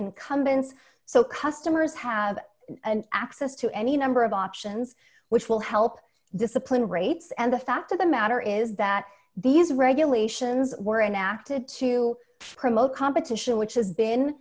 incumbents so customers have access to any number of options which will help discipline rates and the fact of the matter is that these regulations were enacted to promote competition which has been